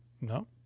No